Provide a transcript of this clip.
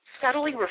subtly